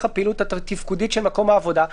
הפעילות התפקודית של מקום העבודה,